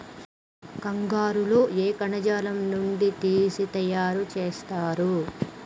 కంగారు లో ఏ కణజాలం నుండి తీసి తయారు చేస్తారు?